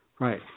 right